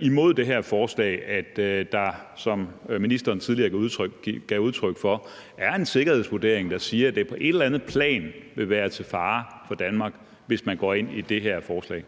imod det her forslag, at der, som ministeren tidligere gav udtryk for, er en sikkerhedsvurdering, der siger, at det på et eller andet plan vil være til fare for Danmark, hvis man går ind i det her forslag.